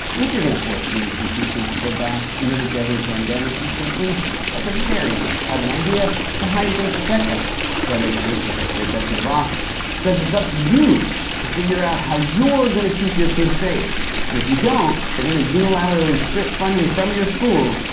and if you're going to force students and teachers to go back amid a deadly pandemic, you should at least at the very least, have an idea for how you're going to protect them. instead, education secretary betsy devos says it's up to you to figure out how you're going to keep your kids safe. and if you don't, they're going to unilaterally strip funding from your school,